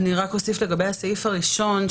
אני רק אוסיף לגבי הסעיף הראשון,